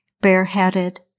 bareheaded